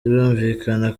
birumvikana